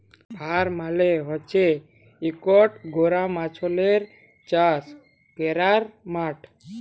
farm মালে হছে ইকট গেরামাল্চলে চাষ ক্যরার মাঠ